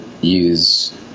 use